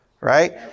Right